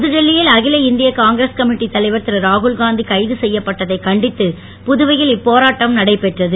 புதுடில்லி யில் அகில இந்திய காங்கிரஸ் கமிட்டி தலைவர் திருராகுல் காந்தி கைது கெய்யப்பட்டதைக் கண்டித்து புதவையில் இப்போராட்டம் நடைபெற்றது